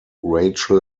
rachel